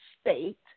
state